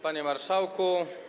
Panie Marszałku!